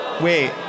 Wait